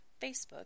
Facebook